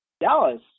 Dallas